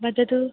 वदतु